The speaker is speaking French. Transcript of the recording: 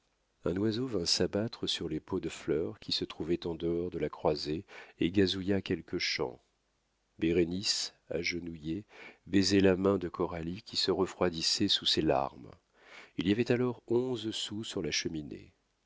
un oiseau vint s'abattre sur les pots de fleurs qui se trouvaient en dehors de la croisée et gazouilla quelques chants bérénice agenouillée baisait la main de coralie qui se refroidissait sous ses larmes il y avait alors onze sous sur la cheminée